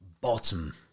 bottom